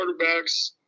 quarterbacks